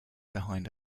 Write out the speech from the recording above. behind